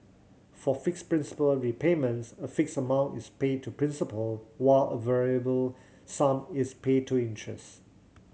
for fixed principal repayments a fixed amount is paid to principal while a variable sum is paid to interest